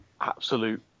absolute